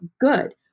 good